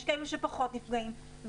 יש כאלה שפחות נפגעים,